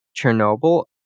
Chernobyl